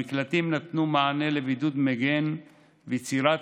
המקלטים נתנו מענה לבידוד מגן ויצירת